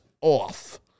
off